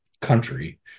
country